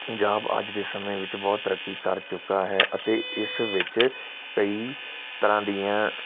ਪੰਜਾਬ ਅੱਜ ਦੇ ਸਮੇਂ ਵਿੱਚ ਬਹੁਤ ਤਰੱਕੀ ਕਰ ਚੁੱਕਾ ਹੈ ਅਤੇ ਇਸ ਵਿੱਚ ਕਈ ਤਰ੍ਹਾਂ ਦੀਆਂ